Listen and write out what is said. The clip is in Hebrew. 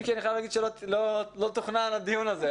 אני חייב לומר שלא תוכנן הדיון הזה.